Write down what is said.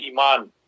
iman